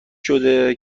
شده